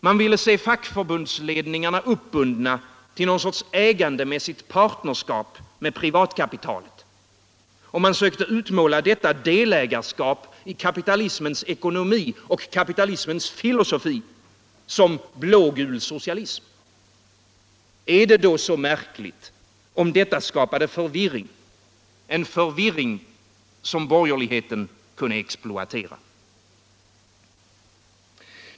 Man ville se fackföreningsledningarna uppbundna till någon sorts ägandemässigt partnerskap med privatkapitalet — och man sökte utmåla detta delägarskap i kapitalismens ekonomi och kapitalismens filosofi som ”blågul socialism”. Är det då så märkligt om detta skapade förvirring, en förvirring som borgerligheten kunde exploatera?